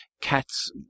cats